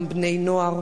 גם בני-נוער.